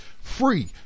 free